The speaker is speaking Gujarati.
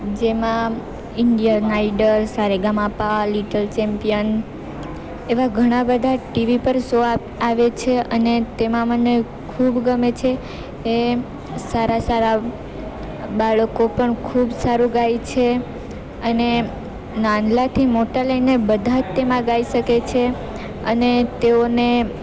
જેમાં Indian Idol Saregama Pa little champion એવા ઘણા બધા ટીવી પર સો આવે છે અને તેમાં મને ખૂબ ગમે છે એ સારાં સારાં બાળકો પણ ખૂબ સાંરૂ ગાય છે અને નાનાથી મોટા લઈને બધા જ તેમાં ગાઈ શકે છે અને તેઓને